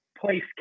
place